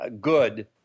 good